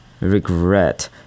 regret